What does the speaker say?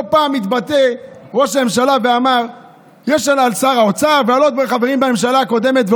לא פעם התבטא ראש הממשלה ואמר על שר האוצר ועוד חברים בממשלה הקודמת: